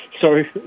sorry